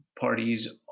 parties